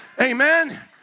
Amen